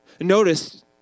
Notice